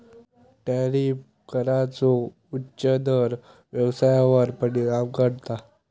tariff कराचो उच्च दर व्यवसायावर परिणाम करता